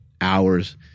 hours